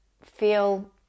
feel